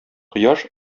кояш